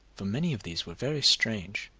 for many of these were very strange,